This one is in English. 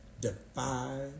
defy